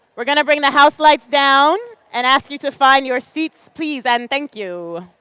are going to bring the house lights down. and ask you to find your seats please. and thank you.